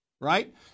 right